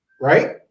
right